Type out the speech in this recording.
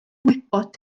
wybod